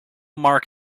mark